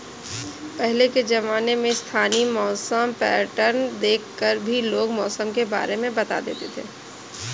पहले के ज़माने में स्थानीय मौसम पैटर्न देख कर भी लोग मौसम के बारे में बता देते थे